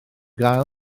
gael